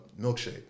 milkshake